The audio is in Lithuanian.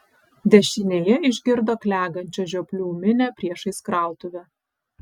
dešinėje išgirdo klegančią žioplių minią priešais krautuvę